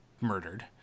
murdered